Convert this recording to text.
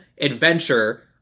adventure